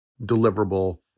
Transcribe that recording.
deliverable